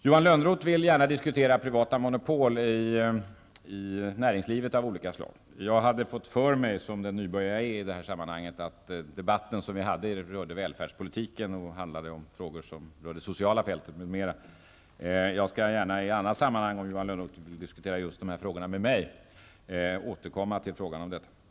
Johan Lönnroth vill gärna diskutera detta med privata monopol av olika slag i näringslivet. Jag har fått för mig, men jag är ju nybörjare i detta sammanhang, att den debatt som vi har haft rörde välfärdspolitiken och frågor som gäller det sociala fältet t.ex. Jag skall gärna i annat sammanhang, om Johan Lönnroth vill diskutera just dessa frågor med mig, återkomma till dessa saker.